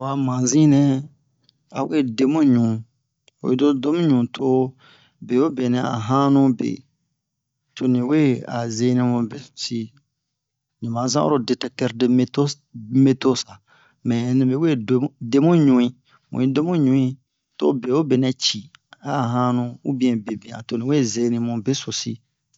Ho a mazin nɛ oyizo do mu ɲu to bewobe nɛ a hannu be to ni we zeni mu besosi mi ma zan oro detɛktɛr de meto mɛ nibe we de de mu ɲu'in mu yi do mu ɲu'in to bewobe nɛ ci a a hannu ubiyɛn bebiyan toni we zeni mu besosi